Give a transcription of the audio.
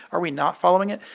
are we not following it?